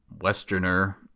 Westerner